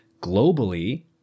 globally